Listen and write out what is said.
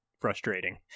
frustrating